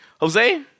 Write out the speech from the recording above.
Jose